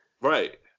right